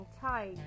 tight